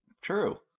true